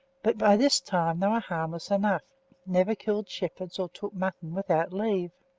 but by this time they were harmless enough never killed shepherds, or took mutton without leave.